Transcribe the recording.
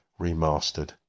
Remastered